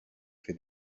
for